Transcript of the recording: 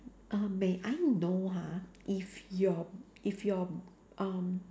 uh may I know ha if your if your um